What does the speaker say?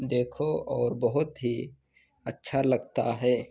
देखो और बहुत ही अच्छा लगता है